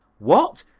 what,